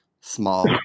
small